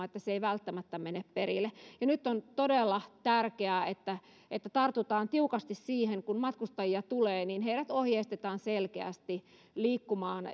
että se ei välttämättä mene perille ja nyt on todella tärkeää että että tartutaan tiukasti siihen että kun matkustajia tulee niin heidät ohjeistetaan selkeästi liikkumaan